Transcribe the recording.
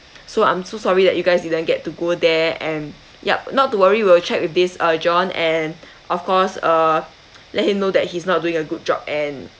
so I'm so sorry that you guys didn't get to go there and yup not to worry we'll check with this uh john and of course uh let him know that he's not doing a good job and